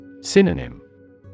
Synonym